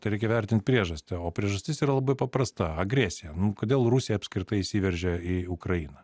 tai reikia vertint priežastį o priežastis yra labai paprasta agresija kodėl rusija apskritai įsiveržė į ukrainą